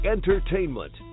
Entertainment